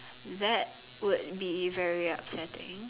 that would be very upsetting